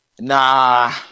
Nah